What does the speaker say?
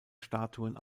statuen